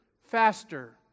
faster